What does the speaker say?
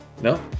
No